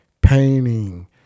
painting